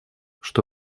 что